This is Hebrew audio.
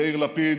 יאיר לפיד.